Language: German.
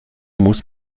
muss